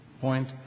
point